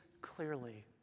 clearly